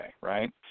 right